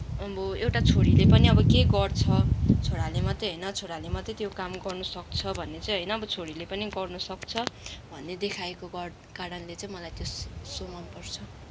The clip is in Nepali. अब एउटा छोरीले पनि अब के गर्छ छोराले मात्रै होइन छोराले मात्रै त्यो काम गर्नुसक्छ भन्ने चाहिँ होइन अब छोरीले पनि गर्नुसक्छ भन्ने देखाएको गर कारणले चाहिँ मलाई त्यो सो मनपर्छ